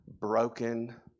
broken